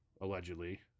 allegedly